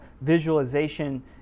visualization